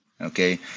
Okay